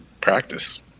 practice